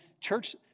church